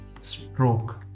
stroke